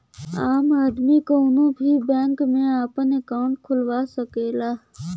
आम आदमी कउनो भी बैंक में आपन अंकाउट खुलवा सकला